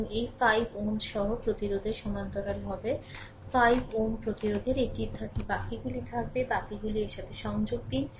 এবং এই 5 Ω সহ প্রতিরোধের সমান্তরাল হবে 5 Ω প্রতিরোধের এটির সাথে বাকিগুলি থাকবে বাকিগুলি এর সাথে সংযোগ দিন